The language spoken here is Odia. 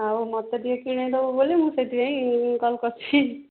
ଆଉ ମତେ ଟିକିଏ କିଣେଇଦବ ବୋଲି ମୁଁ ସେଇଥିପାଇଁ କଲ୍ କରିଛି